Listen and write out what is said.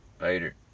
later